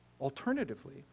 Alternatively